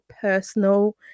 personal